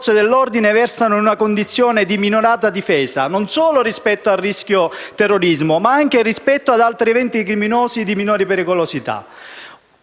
dell'ordine versano in una condizione di "minorata difesa" rispetto non solo al rischio terroristico, ma anche ad altri eventi criminosi di minore pericolosità